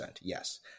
yes